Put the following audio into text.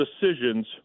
decisions